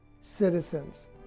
citizens